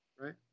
Right